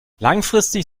langfristig